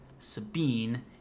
Sabine